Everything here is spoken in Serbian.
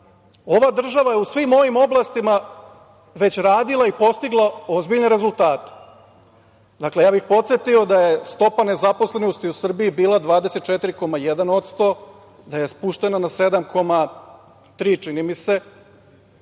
Ova država je u svim ovim oblastima već radila i postigla ozbiljne rezultate. Dakle, podsetio bih da je stopa nezaposlenosti u Srbiji bila 24,1%, da je spušteno na 7, 3% čini mi se,